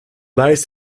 lijst